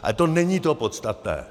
Ale to není to podstatné.